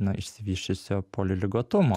nuo išsivysčiusio poliligotumo